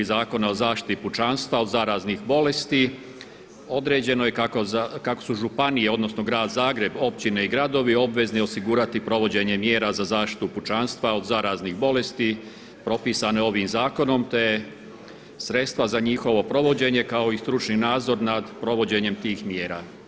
Zakona o zaštiti pučanstva od zaraznih bolesti određeno je kako su županije, odnosno grad Zagreb, općine i gradovi obvezne osigurati provođenje mjera za zaštitu pučanstva od zaraznih bolesti, propisane ovim zakonom te sredstva za njihovo provođenje kao i stručni nadzor nad provođenjem tih mjera.